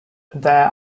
there